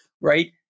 right